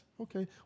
Okay